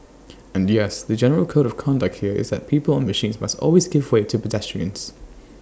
and yes the general code of conduct here is that people on machines must always give way to pedestrians